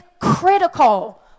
critical